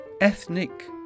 Ethnic